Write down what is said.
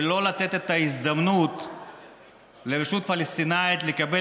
ולא לתת לרשות הפלסטינית את ההזדמנות לקבל